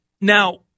Now